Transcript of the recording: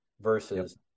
versus